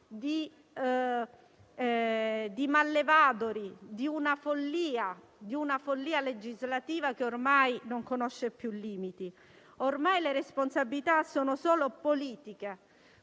di mallevadori di una follia legislativa che ormai non conosce più limiti. Ormai le responsabilità sono solo politiche